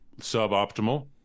suboptimal